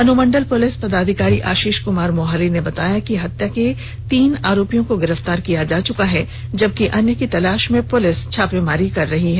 अनुमंडल पुलिस पदाधिकारी आशीष कुमार मोहाली ने बताया कि हत्या के तीन आरोपियो को गिरफ्तार किया जा चुका है जबकि अन्य की तलाश में पुलिस छापेमारी कर रही है